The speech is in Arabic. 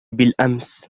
بالأمس